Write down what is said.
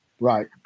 Right